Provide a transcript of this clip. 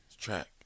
Track